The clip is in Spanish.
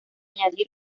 añadir